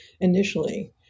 initially